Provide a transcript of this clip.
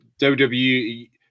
WWE